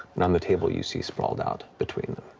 and um the table you see sprawled out between